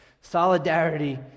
Solidarity